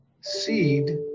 seed